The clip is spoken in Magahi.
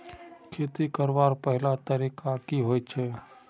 खेती करवार पहला तरीका की होचए?